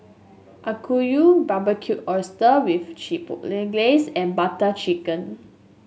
Okayu Barbecued Oyster with Chipotle Glaze and Butter Chicken